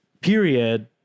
period